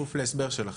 בכפוף להסבר שלכם.